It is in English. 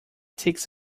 takes